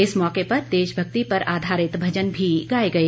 इस मौके पर देशभक्ति पर आधारित भजन भी गाए गए